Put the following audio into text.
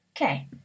Okay